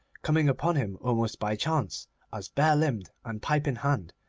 coming upon him almost by chance as, bare-limbed and pipe in hand,